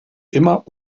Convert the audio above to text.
immer